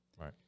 Right